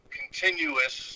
continuous